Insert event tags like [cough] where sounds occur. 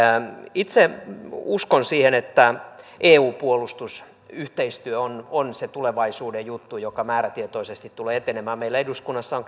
itse uskon siihen että eu puolustusyhteistyö on on se tulevaisuuden juttu joka määrätietoisesti tulee etenemään meillä eduskunnassa on [unintelligible]